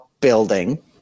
building –